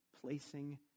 placing